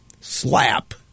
slap